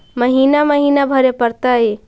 महिना महिना भरे परतैय?